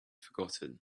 forgotten